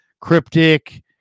cryptic